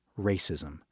racism